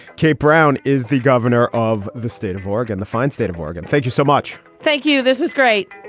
kate brown is the governor of the state of oregon, the fine state of oregon. thank you so much. thank you. this is great